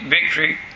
Victory